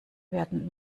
werden